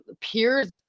peers